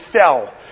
fell